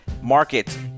market